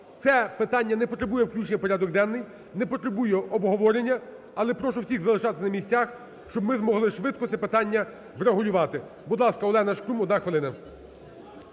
Це питання не потребує включення в порядок денний, не потребує обговорення, але прошу всіх залишатися на місцях, щоб ми змогли швидко це питання врегулювати. Будь ласка, Олена Шкрум, 1 хвилина.